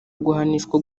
guhanishwa